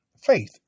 faith